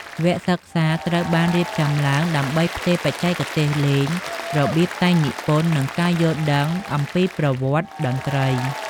វគ្គសិក្សាត្រូវបានរៀបចំឡើងដើម្បីផ្ទេរបច្ចេកទេសលេង របៀបតែងនិពន្ធ និងការយល់ដឹងអំពីប្រវត្តិតន្ត្រី។